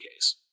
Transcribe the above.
case